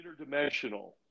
interdimensional